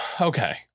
Okay